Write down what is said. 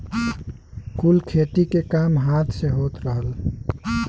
कुल खेती के काम हाथ से होत रहल